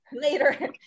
later